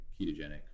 ketogenic